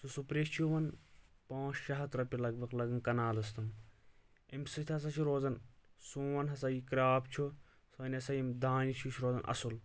سُہ سپرے چھُ یِوان پنٛژھ شےٚ ہَتھ روٚپیہِ لگ بگ لَگان کَنالَس تِم اَمہِ سۭتۍ ہَسا چھِ روزان سون ہَسا یہِ کرٛاپ چھُ سٲنۍ ہَسا یِم دانہِ چھِ یہِ چھُ روزان اَصٕل